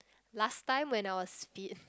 last time when I was P